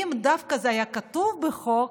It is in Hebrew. אם דווקא זה היה כתוב בחוק,